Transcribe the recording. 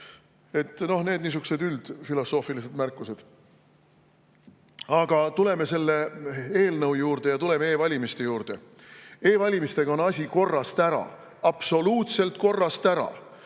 ka. Aga need on niisugused üldfilosoofiliselt märkused. Aga tuleme selle eelnõu ja e-valimiste juurde. E-valimistega on asi korrast ära. Absoluutselt korrast ära!